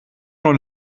nur